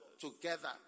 together